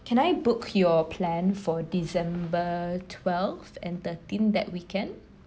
can I book your plan for december twelve and thirteen that weekend